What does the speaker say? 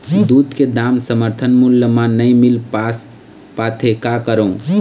दूध के दाम समर्थन मूल्य म नई मील पास पाथे, का करों?